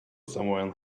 someone